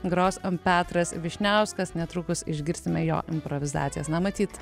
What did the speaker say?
gros petras vyšniauskas netrukus išgirsime jo improvizacijas na matyt